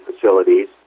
facilities